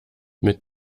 mit